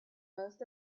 most